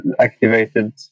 activated